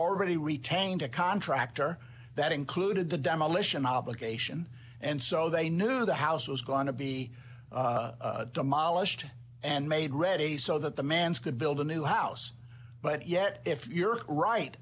already retained a contractor that included the demolition obligation and so they knew the house was going to be demolished and made ready so that the man's could build a new house but yet if you're right